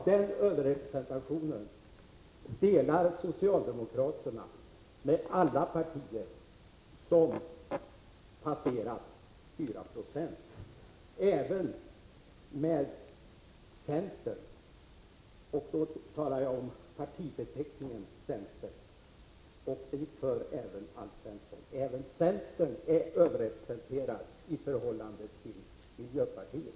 Den överrepresentationen delar socialdemokraterna med alla partier som passerat 4-procentsgränsen, även med centern. Då talar jag om partibeteckningen centern. Till centern hör även Alf Svensson. Också centern är överrepresenterad i förhållande till miljöpartiet.